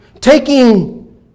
taking